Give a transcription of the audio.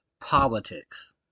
politics